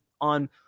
on